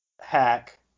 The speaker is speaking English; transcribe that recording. hack